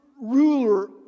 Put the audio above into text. ruler